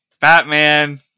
Batman